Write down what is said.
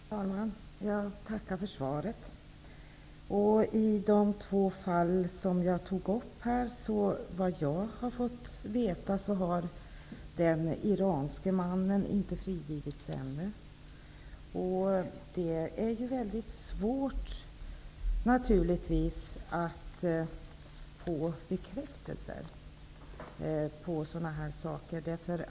Fru talman! Jag tackar för svaret. När det gäller de två fall som jag tog upp här har den iranske mannen ännu inte frigivits, efter vad jag har fått veta. Det är ju mycket svårt att få bekräftelser på dessa saker.